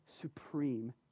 supreme